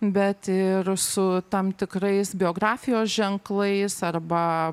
bet ir su tam tikrais biografijos ženklais arba